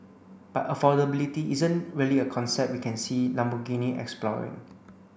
but affordability isn't really a concept we can see Lamborghini exploring